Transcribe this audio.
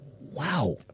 Wow